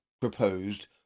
proposed